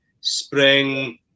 spring